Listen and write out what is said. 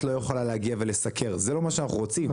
לא יכולה להגיע ולסקר" זה לא מה שאנחנו רוצים,